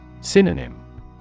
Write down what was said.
Synonym